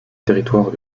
territoire